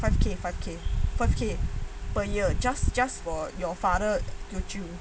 five K per year per year just just for your father teochew